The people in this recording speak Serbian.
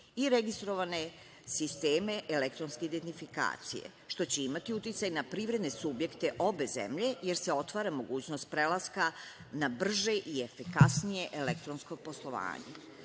i registrovane sisteme elektronske identifikacije, što će imati uticaj na privredne subjekte obe zemlje, jer se otvara mogućnost prelaska na brže i efikasnije elektronsko poslovanje. Takođe